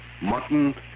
mutton